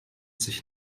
sich